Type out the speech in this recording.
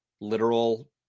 literal